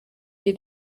dir